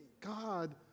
God